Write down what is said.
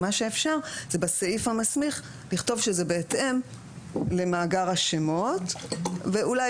מה שאפשר זה בסעיף המסמיך לכתוב שזה בהתאם למאגר השמות ואולי